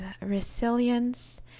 resilience